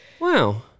Wow